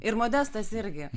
ir modestas irgi